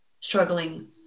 struggling